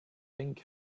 pink